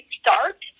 start